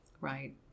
Right